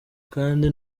kandi